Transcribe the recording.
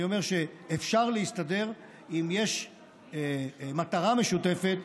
אני אומר שאפשר להסתדר אם יש מטרה משותפת,